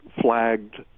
flagged